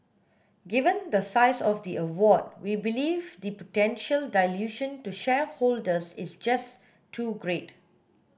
given the size of the award we believe the potential dilution to shareholders is just too great